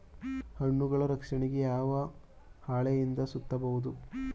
ಹಣ್ಣುಗಳ ರಕ್ಷಣೆಗೆ ಯಾವ ಹಾಳೆಯಿಂದ ಸುತ್ತಬಹುದು?